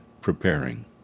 preparing